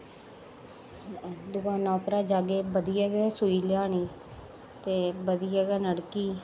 दकानै पर जाह्गे बधिया गै सुई लानी ते बधिया गै नलकी